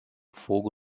fogo